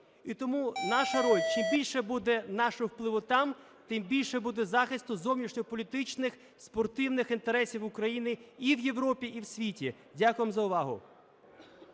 І тому наша роль: чим більше буде нашого впливу там, тим більше буде захисту зовнішньополітичних спортивних інтересів України і в Європі, і в світі. Дякую вам за увагу.